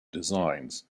designs